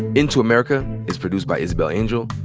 into america is produced by isabel angel,